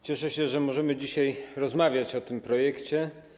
Cieszę się, że możemy dzisiaj rozmawiać o tym projekcie.